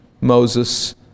Moses